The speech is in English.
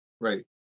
Right